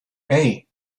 hey